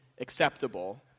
acceptable